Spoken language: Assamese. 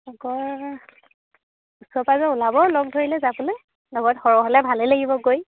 আগৰ ওচৰ পাঁজৰ ওলাব লগ ধৰিলে যাবলৈ লগত সৰহ হ'লে ভালেই লাগিব গৈ